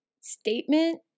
statement